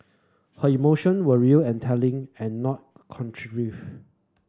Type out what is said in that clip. her emotion were real and telling and not contrived